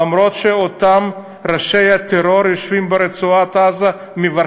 אף שאותם ראשי טרור יושבים ברצועת-עזה ועל